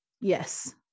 yes